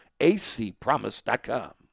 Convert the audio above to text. acpromise.com